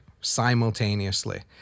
simultaneously